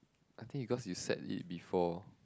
I think you got you set it before